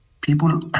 people